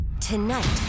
Tonight